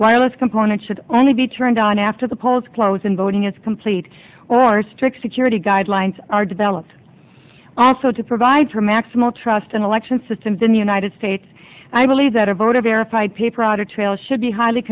wireless component should only be turned on after the polls close in voting is complete or strict security guidelines are developed also to provide for maximal trust and election systems in the united states i believe that a vote of verified paper audit trail should be highly